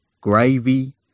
Gravy